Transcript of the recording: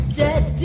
dead